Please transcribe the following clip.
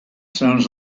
sounds